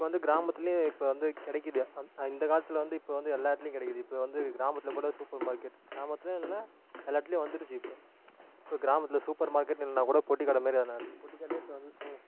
இப்போ வந்து கிராமத்துலேயும் இப்போ வந்து கிடைக்கிது அந்த இந்த காலத்தில் வந்து இப்போ வந்து எல்லா இடத்துலியும் கிடைக்கிது இப்போ வந்து கிராமத்திலக்கூட சூப்பர் மார்க்கெட் கிராமத்தில் இல்லை எல்லாம் இடத்துலையும் வந்துடுச்சு இப்போ இப்போ கிராமத்தில் சூப்பர் மார்க்கெட் இல்லைன்னாக்கூட பொட்டிக்கடை மாரி எதுனா இருக்குது பொட்டிக்கடைலியும் இப்போ வந்து சோ